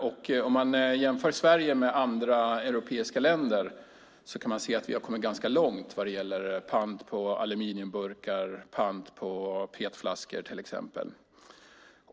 Om man jämför Sverige med andra europeiska länder kan man se att vi har kommit ganska långt vad gäller pant på till exempel aluminiumburkar och petflaskor.